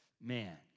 Man